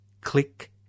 Click